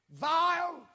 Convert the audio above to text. vile